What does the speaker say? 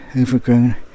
overgrown